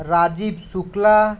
Rajiv Shukla